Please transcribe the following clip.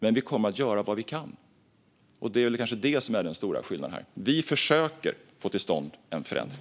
Men vi kommer att göra vad vi kan, och det är kanske den stora skillnaden: Vi försöker få till stånd en förändring.